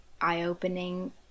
eye-opening